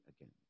again